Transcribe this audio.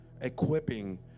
equipping